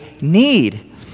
need